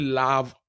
love